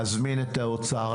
להזמין את האוצר.